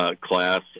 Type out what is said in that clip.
class